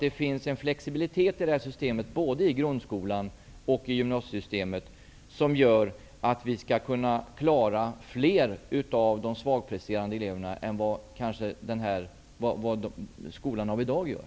Det finns en flexibilitet i systemet både i grundskolan och i gymnasiesystemet som gör att vi skall kunna klara fler svagpresterande elever än vad skolan av i dag gör.